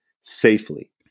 safely